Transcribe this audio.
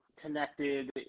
connected